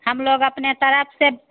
हम लोग अपने तरफ से